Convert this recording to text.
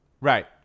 Right